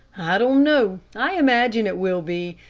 i don't know. i imagine it will be,